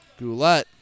Goulette